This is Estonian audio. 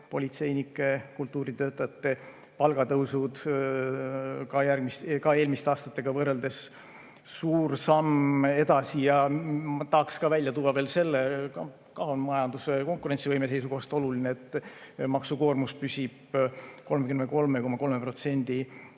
politseinike ja kultuuritöötajate palga tõusud ka eelmiste aastatega võrreldes on suur samm edasi. Veel tahan välja tuua selle, mis on ka majanduse konkurentsivõime seisukohast oluline: maksukoormus püsib 33,3%